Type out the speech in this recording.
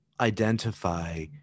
identify